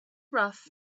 rough